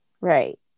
right